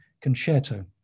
concerto